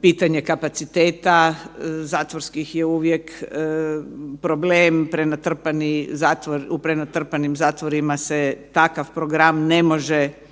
pitanje kapaciteta zatvorskih je uvijek problem u prenatrpanim zatvorima se takav program ne može odvijati.